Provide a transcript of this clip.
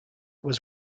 was